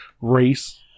race